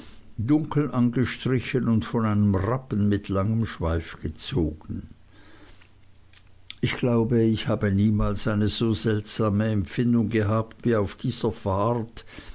dunkel angestrichen und von einem rappen mit langem schweif gezogen ich glaube ich habe niemals eine so seltsame empfindung gehabt wie auf dieser fahrt